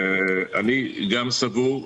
אני גם סבור,